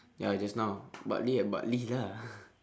ya just now bartley at bartley lah